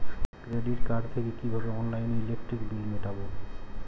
Credit card থেকে কিভাবে অনলাইনে ইলেকট্রিক বিল মেটাবো?